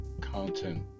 content